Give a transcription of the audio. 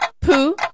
Pooh